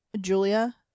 Julia